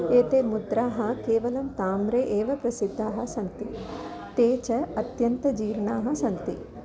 एते मुद्राः केवलं ताम्रे एव प्रसिद्धाः सन्ति ते च अत्यन्तं जीर्णाः सन्ति